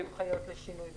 יש הנחיות לשינוי במכרזים?